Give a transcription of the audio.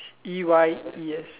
E Y E S